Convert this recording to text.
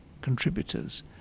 contributors